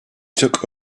took